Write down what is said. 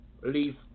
leave